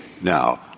Now